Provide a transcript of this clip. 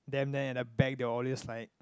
them then at the back they'll always like